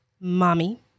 Mommy